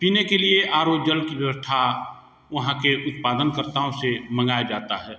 पीने के लिए आर ओ जल की व्यवस्था वहाँ के उत्पादनकर्ताओं से मँगाया जाता है